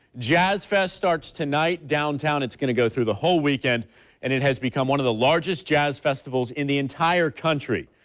jazz fest starts tonight downtown. it's going to go through the whole weekend and it has become one of the largest jazz festivals in the entire country.